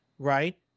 right